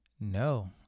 no